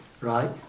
right